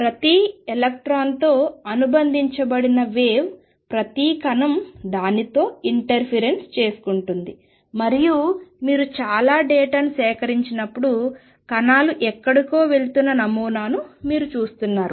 ప్రతి ఎలక్ట్రాన్తో అనుబంధించబడిన వేవ్ ప్రతి కణం దానితో ఇంటర్ఫిరెన్స్ చేసుకుంటుంది మరియు మీరు చాలా డేటాను సేకరించినప్పుడు కణాలు ఎక్కడికో వెళుతున్న నమూనాను మీరు చూస్తారు